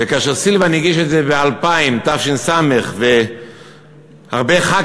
וכאשר סילבן הגיש את זה ב-2000, תש"ס, והרבה חברי